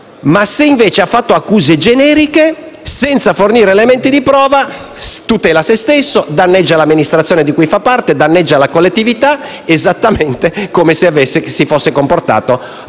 Ma se invece uno ha fatto accuse generiche, senza fornire elementi di prova, tutela se stesso, danneggia l'amministrazione di cui fa parte, e la collettività, esattamente come se avesse tenuto